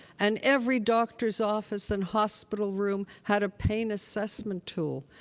and every doctor's office and hospital room had a pain assessment tool.